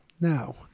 Now